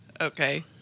Okay